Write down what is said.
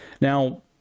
Now